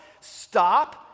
stop